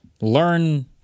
learn